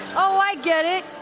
oh, i get it.